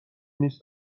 نیست